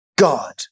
God